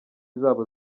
zabo